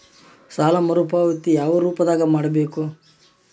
ಸಾಲ ಮರುಪಾವತಿ ಯಾವ ರೂಪದಾಗ ಮಾಡಬೇಕು?